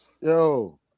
Yo